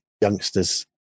youngsters